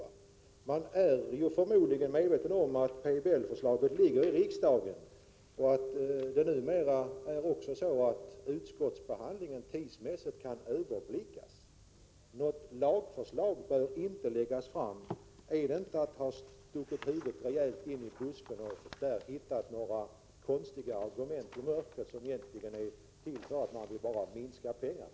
Ni i folkpartiet är förmodligen medvetna om att PBL-förslaget ligger i riksdagen och att utskottsbehandlingen tidsmässigt nu kan överblickas. Har ni inte — när ni säger att något lagförslag inte bör läggas fram — stuckit huvudet rejält in i busken och där hittat några konstiga argument i mörkret, som egentligen bara går ut på att ni vill minska anslaget?